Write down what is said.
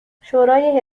شورای